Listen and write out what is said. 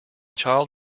child